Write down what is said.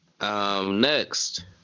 Next